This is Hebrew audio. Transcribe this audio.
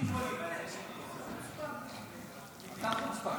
------ אתה חוצפן.